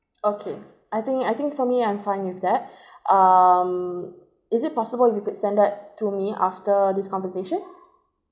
okay I think I think for me I'm fine with that um is it possible if you could send that to me after this conversation